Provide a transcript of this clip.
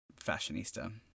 fashionista